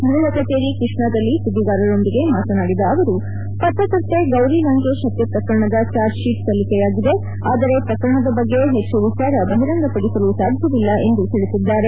ಗೃಹ ಕಜೇರಿ ಕೃಷ್ಣದಲ್ಲಿ ಸುದ್ದಿಗಾರರೊಂದಿಗೆ ಮಾತನಾಡಿದ ಅವರುಪತ್ರಕರ್ತೆ ಗೌರಿ ಲಂಕೇಶ್ ಪತ್ತೆ ಪ್ರಕರಣದ ಚಾರ್ಜ್ಶೀಟ್ ಸಲ್ಲಿಕೆಯಾಗಿದೆ ಆದರೆ ಪ್ರಕರಣದ ಬಗ್ಗೆ ಹೆಚು ವಿಚಾರ ಬಹಿರಂಗ ಪಡಿಸಲು ಸಾಧ್ಯವಿಲ್ಲ ತಿಳಿಸಿದ್ದಾರೆ